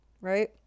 right